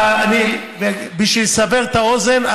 בשביל לסבר את האוזן,